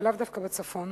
ולאו דווקא בצפון.